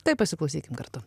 tai pasiklausykim kartu